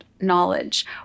knowledge